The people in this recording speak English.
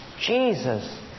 Jesus